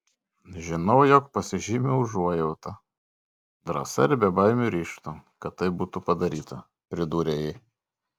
žinau jog pasižymiu užuojauta drąsa ir bebaimiu ryžtu kad tai būtų padaryta pridūrė ji